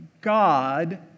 God